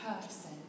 person